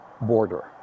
border